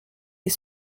est